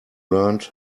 learned